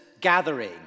gathering